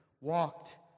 walked